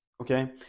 Okay